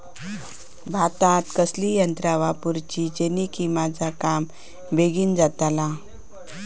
भातात कसली यांत्रा वापरुची जेनेकी माझा काम बेगीन जातला?